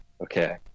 Okay